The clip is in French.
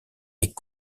est